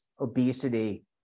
obesity